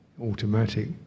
Automatic